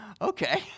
Okay